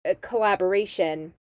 collaboration